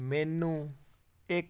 ਮੈਨੂੰ ਇੱਕ